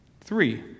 Three